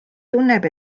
tunneb